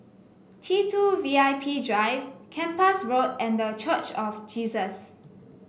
T two V I P Drive Kempas Road and The Church of Jesus